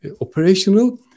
operational